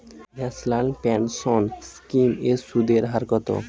National pension scheme এর সুদের হার কত?